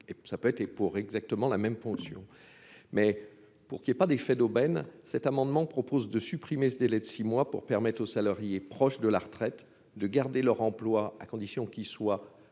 ça peut être et pour exactement la même fonction, mais pour qu'il y ait pas d'effet d'aubaine, cet amendement propose de supprimer ce délai de 6 mois pour permettre aux salariés proches de la retraite de garder leur emploi à condition qu'il soit